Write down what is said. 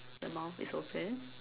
the mouth is open